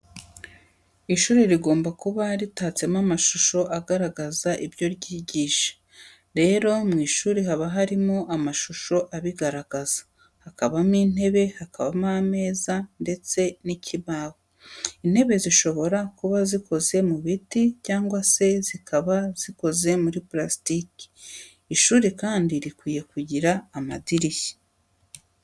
Ishuri rigomba kuba ritatsemo amashusho agaragaza ibyo ryigisha. Rero mu ishuri haba harimo amashusho abigaragaza, hakabamo intebe, hakabamo ameza ndetse n'ikibaho. Intebe zishobora kuba zikoze mu biti cyangwa se zikaba zikoza muri purasitike. Ishuri kandi rikwiriye kugira amadirishya.